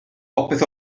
popeth